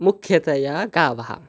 मुख्यतया गावः